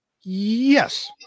Yes